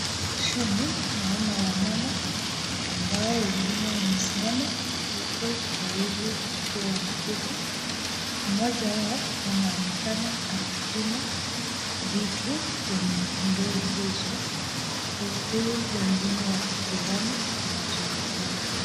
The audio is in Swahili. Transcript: Naona wamama ambaoa wengine wamesimama, huku wawili wakiwa wameketi, mmoja wao anaonekana akipima vitu, kwenye ndoo hizo, huku wengine wakitazama kinaco endelea.